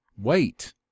Wait